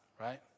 right